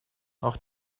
auch